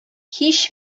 һич